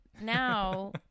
now